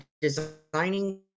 designing